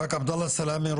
רק עבדאלה סלומה,